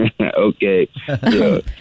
Okay